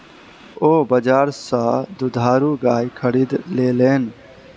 ओ बजार सा दुधारू गाय खरीद लेलैन